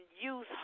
use